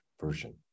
version